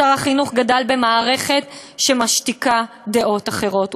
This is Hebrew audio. שר החינוך גדל במערכת שמשתיקה דעות אחרות,